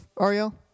Ariel